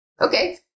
Okay